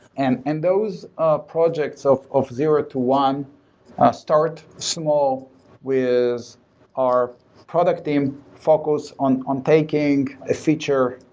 and and those ah projects of of zero to one start small with our product team focus on on taking a feature,